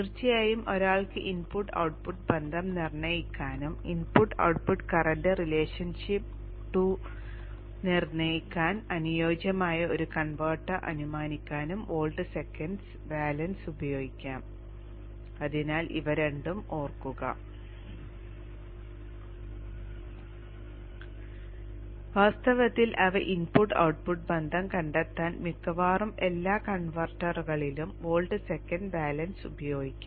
തീർച്ചയായും ഒരാൾക്ക് input output ബന്ധം നിർണ്ണയിക്കാനും input output current relationship tool നിർണ്ണയിക്കാൻ അനുയോജ്യമായ ഒരു കൺവെർട്ടർ അനുമാനിക്കാനും വോൾട്ട് സെക്കൻഡ് ബാലൻസ് ഉപയോഗിക്കാം അതിനാൽ ഇവ രണ്ടും ഓർക്കുക വാസ്തവത്തിൽ അവ ഇൻപുട്ട് ഔട്ട്പുട്ട് ബന്ധം കണ്ടെത്താൻ മിക്കവാറും എല്ലാ കൺവെർട്ടറുകളിലും വോൾട്ട് സെക്കൻഡ് ബാലൻസ് ഉപയോഗിക്കും